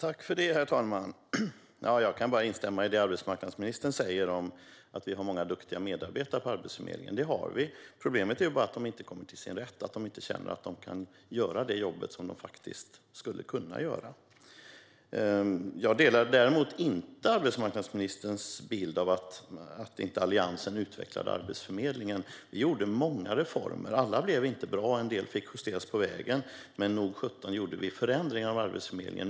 Herr talman! Jag kan bara instämma i det arbetsmarknadsministern säger om att vi har många duktiga medarbetare på Arbetsförmedlingen; det har vi. Problemet är bara att de inte kommer till sin rätt och inte känner att de kan göra det jobb de faktiskt skulle kunna göra. Jag delar däremot inte arbetsmarknadsministerns bild av att Alliansen inte utvecklade Arbetsförmedlingen. Vi gjorde många reformer. Alla blev inte bra, och en del fick justeras längs vägen. Men nog sjutton gjorde vi förändringar av Arbetsförmedlingen.